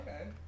okay